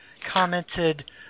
commented